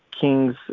kings